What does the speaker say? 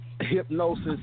hypnosis